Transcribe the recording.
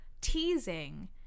teasing